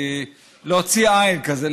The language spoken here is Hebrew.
היא להוציא עין כזה,